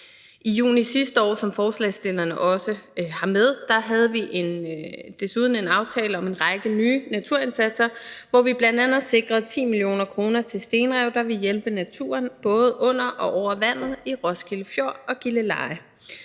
I juni sidste år, hvad forslagsstillerne også omtaler, lavede vi desuden en aftale om en række nye naturindsatser, hvor vi bl.a. sikrede 10 mio. kr. til stenrev, der vil hjælpe naturen både under og over vandet i Roskilde Fjord og ved Gilleleje.